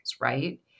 right